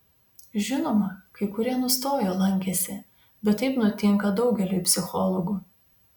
žinoma kai kurie nustojo lankęsi bet taip nutinka daugeliui psichologų